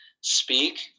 speak